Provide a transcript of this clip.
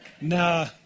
Nah